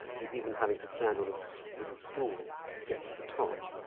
he's even having to stand on a so little stool to get to the top.